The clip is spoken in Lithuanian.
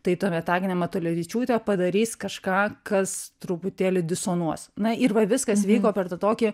tai tuomet agnė matulevičiūtė padarys kažką kas truputėlį disonuos na ir va viskas vyko per tą tokį